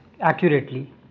accurately